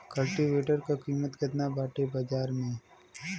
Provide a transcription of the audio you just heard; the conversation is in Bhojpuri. कल्टी वेटर क कीमत केतना बाटे बाजार में?